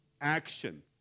action